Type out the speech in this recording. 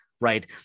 right